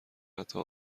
حتا